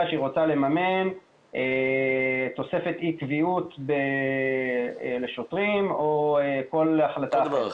שהיא רוצה לממן תוספת אי קביעות לשוטרים או כל החלטה אחרת.